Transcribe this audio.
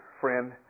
friend